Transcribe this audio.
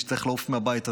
שצריך לעוף מהבית הזה,